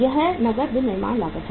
यह नकद विनिर्माण लागत है